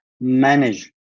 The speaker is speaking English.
manage